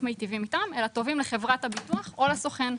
מיטיבים איתם אלא טובים לחברת הביטוח או לסוכן.